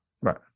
Right